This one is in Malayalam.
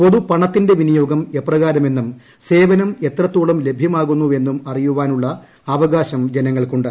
പൊതുപണത്തിന്റെ വിനിയോഗം എപ്രകാരമെന്നും സേവനം എത്രത്തോളം ലഭ്യമാകുന്നു എന്നും അറിയുവാനുള്ള അവകാശം ജനങ്ങൾക്കുണ്ട്